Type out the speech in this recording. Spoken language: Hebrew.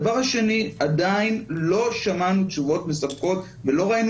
דבר שני עדין לא שמענו תשובות מספקות ולא ראינו